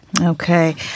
Okay